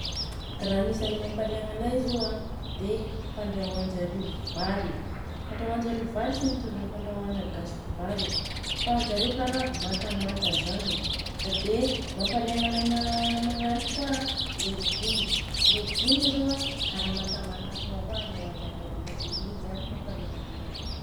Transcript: Raha anisany mampaligna anay zô an dia fandrahoanjario vary. Fandrahoanjario vary tsy mitovy amin'ny fandrahôan'ny Gasy vary fa anjareo kara matamanta zany. Dia mampaliagna anay magnaraka kôa an légume. Légume zô an kara mantamanta fogna kôa andraôanjareo ananjy. Dia igny zaniy mampaliagna anay.